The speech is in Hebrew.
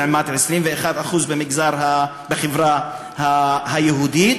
לעומת 21% בחברה היהודית.